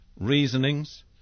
reasonings